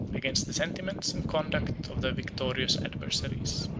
against the sentiments and conduct of their victorious adversaries.